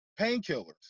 painkillers